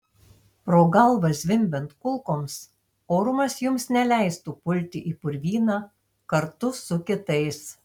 pro galvą zvimbiant kulkoms orumas jums neleistų pulti į purvyną kartu su kitais